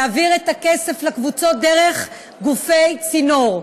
להעביר את הכסף לקבוצות דרך גופי צינור.